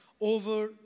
over